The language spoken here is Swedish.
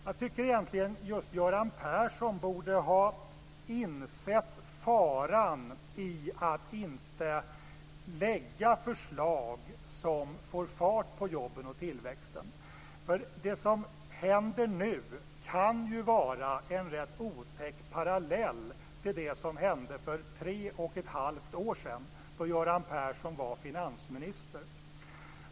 Jag tycker egentligen att just Göran Persson borde ha insett faran i att inte lägga fram förslag som får fart på jobben och tillväxten, för det som händer nu kan ju vara en rätt otäck parallell till det som hände för tre och ett halvt år sedan, då Göran Persson var finansminister.